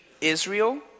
Israel